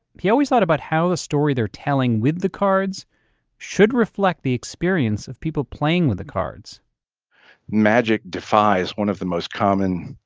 he always thought about how the story they're telling with the cards should reflect the experience of people playing with the cards magic defies one of the most common